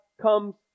comes